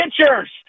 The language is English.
pitchers